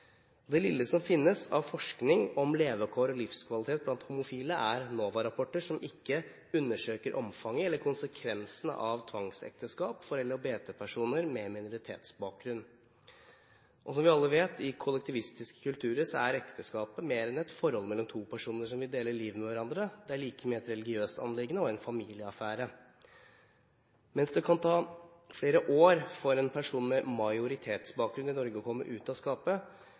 Det lille som finnes av forskning om levekår og livskvalitet blant homofile, er NOVA-rapporter, som ikke undersøker omfanget eller konsekvensene av tvangsekteskap for LHBT-personer med minoritetsbakgrunn. Og som vi alle vet: I kollektivistiske kulturer er ekteskapet mer enn et forhold mellom to personer som vil dele livet med hverandre. Det er like mye et religiøst anliggende og en familieaffære. Mens det kan ta flere år for en person med majoritetsbakgrunn i Norge å komme ut av skapet,